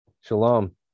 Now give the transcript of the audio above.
shalom